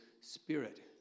spirit